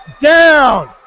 down